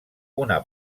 una